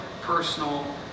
personal